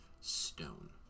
stone